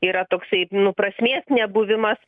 yra toksai nu prasmės nebuvimas